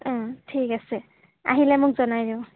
ঠিক আছে আহিলে মোক জনাই দিব